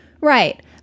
Right